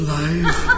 life